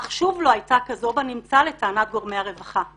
אך שוב לא הייתה כזו בנמצא לטענת גורמי הרווחה.